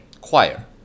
Choir